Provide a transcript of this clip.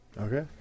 Okay